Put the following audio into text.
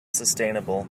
sustainable